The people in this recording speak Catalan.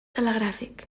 telegràfic